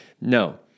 no